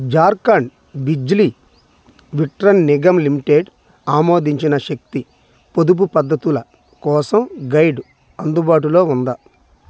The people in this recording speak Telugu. జార్ఖండ్ బిజ్లీ వితరణ్ నిగమ్ లిమిటెడ్ ఆమోదించిన శక్తి పొదుపు పద్ధతుల కోసం గైడ్ అందుబాటులో ఉందా